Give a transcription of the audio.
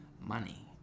money